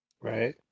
Right